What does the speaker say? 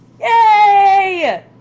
Yay